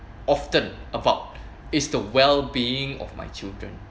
often about is the well-being of my children